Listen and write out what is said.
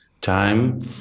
time